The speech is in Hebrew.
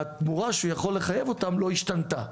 התמורה שיכול לחייב אותם לא השתנתה,